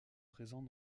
présents